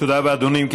תודה רבה, אדוני.